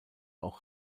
auch